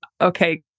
okay